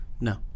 No